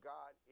God